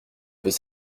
peut